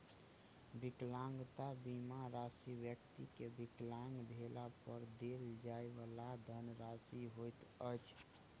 विकलांगता बीमा राशि व्यक्ति के विकलांग भेला पर देल जाइ वाला धनराशि होइत अछि